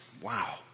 Wow